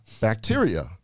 bacteria